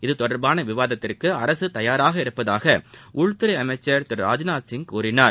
இத்தொடர்பான விவாதத்திற்கு அரசு தயாராக இருப்பதாக உள்துறை அமைச்சர் திரு ராஜ்நாத்சிங் கூறினார்